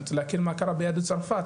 אני רוצה להכיר מה קרה ביהדות צרפת,